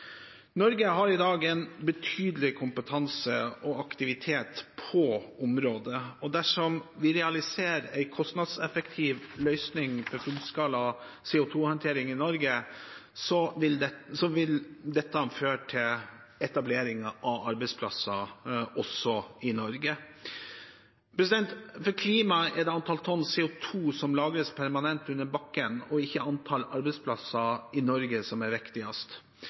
Norge har i dag en betydelig kompetanse og aktivitet på området, og dersom vi realiserer en kostnadseffektiv løsning for fullskala CO 2 -håndtering i Norge, vil dette føre til etablering av arbeidsplasser også i Norge. For klimaet er det antall tonn CO 2 som lagres permanent under bakken, og ikke antall arbeidsplasser i Norge, som er viktigst.